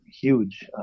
huge